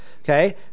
Okay